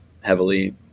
heavily